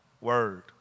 Word